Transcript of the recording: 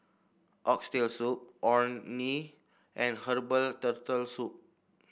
Oxtail Soup Orh Nee and Herbal Turtle Soup